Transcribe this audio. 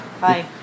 Bye